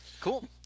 Cool